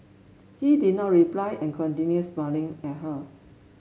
he did not reply and continued smiling at her